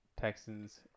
Texans